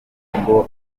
ahubwo